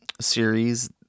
series